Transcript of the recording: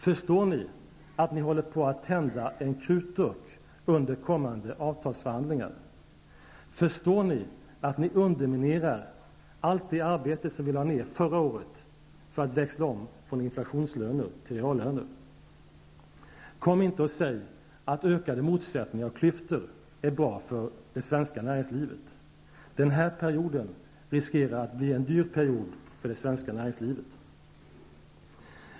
Förstår ni att ni håller på att tända en krutdurk under kommande avtalsförhandlingar? Förstår ni att ni underminerar allt det arbete som vi lade ned förra året på att växla om från inflationslöner till reallöner? Kom inte och säg att ökade motsättningar och klyftor är bra för svenskt näringsliv! Den här perioden riskerar att bli en dyr period för det svenska näringslivet.